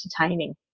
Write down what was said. entertaining